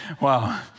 Wow